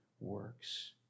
works